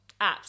apps